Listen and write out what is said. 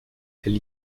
elle